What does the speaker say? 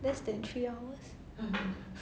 less than three hours